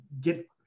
get